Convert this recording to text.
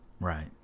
Right